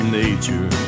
nature